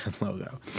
logo